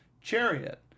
Chariot